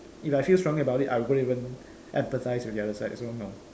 if I feel strongly about it I won't even empathise with the other side so no